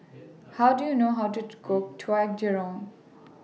How Do YOU know How to Cook Kwetiau Goreng